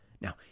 Now